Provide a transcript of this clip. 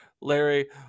larry